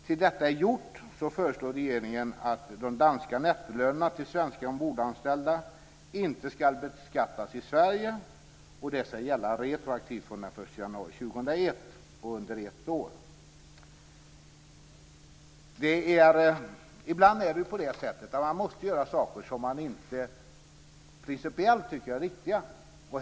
Tills detta är gjort föreslår regeringen att de danska nettolönerna till svenska ombordanställda inte ska beskattas i Sverige, och det ska gälla retroaktivt från den 1 januari Ibland måste man göra saker som man tycker principiellt inte är riktiga.